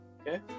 Okay